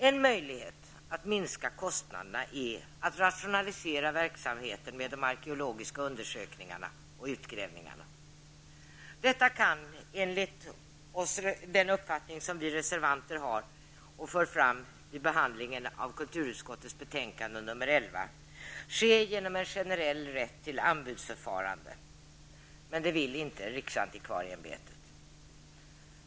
En möjlighet att minska kostnaderna är att rationalisera verksamheten med de arkeologiska undersökningarna och utgrävningarna. Detta kan, enligt den uppfattning som vi reservanter för fram vid behandlingen av kulturutskottets betänkande nr 11, ske genom en generell rätt till anbudsförfarande. Men det vill inte riksantikvarieämbetet.